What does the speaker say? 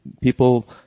people